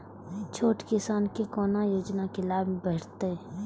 छोट किसान के कोना योजना के लाभ भेटते?